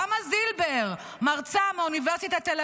רמה זילבר, מרצה מאוניברסיטת תל